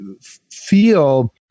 feel